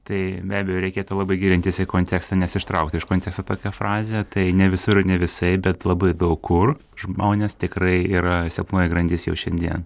tai be abejo reikėtų labai gilintis į kontekstą nes ištraukti iš konteksto tokią frazę tai ne visur ne visai bet labai daug kur žmonės tikrai yra silpnoji grandis jau šiandien